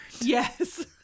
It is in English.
yes